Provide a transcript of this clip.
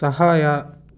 ಸಹಾಯ